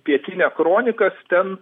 pietinia kronikas ten